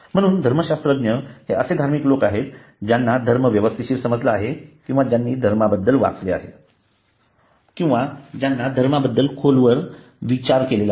म्हणून धर्मशास्त्रज्ञ हे असे धार्मिक लोक आहेत ज्यांना धर्म व्यवस्थित समजला आहे किंवा ज्यांनी धर्माबद्दल वाचले आहे किंवा ज्यांनी धर्माबद्दल खोलवर विचार केला आहे